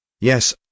Yes